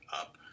up